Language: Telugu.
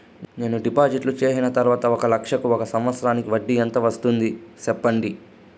నేను డిపాజిట్లు చేసిన తర్వాత ఒక లక్ష కు ఒక సంవత్సరానికి వడ్డీ ఎంత వస్తుంది? సెప్పండి?